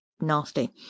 nasty